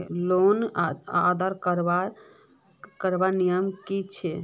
Loan अदा करवार नियम की छे?